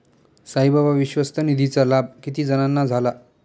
साईबाबा विश्वस्त निधीचा लाभ किती जणांना झाला?